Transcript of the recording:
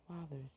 father's